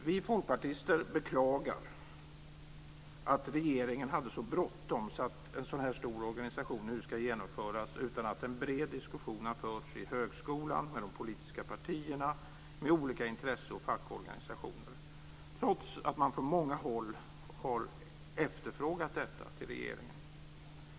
Vi folkpartister beklagar att regeringen hade så bråttom att en så här stor organisation nu ska genomföras utan att en bred diskussion har förts i högskolan, med de politiska partierna och med olika intresse och fackorganisationer, trots att man från många håll har efterfrågat detta hos regeringen.